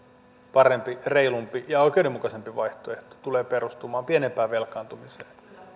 parempi reilumpi ja oikeudenmukaisempi vaihtoehto tulee perustumaan pienempään velkaantumiseen